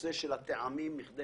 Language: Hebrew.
הנושא של הטעמים, מכדי